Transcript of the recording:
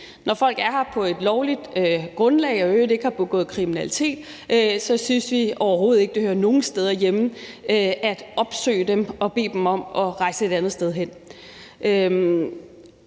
Når folk er her på et lovligt grundlag og i øvrigt ikke har begået kriminalitet, synes vi overhovedet ikke, at det hører nogen steder hjemme at opsøge dem og bede dem om at rejse et andet sted hen.